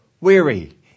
weary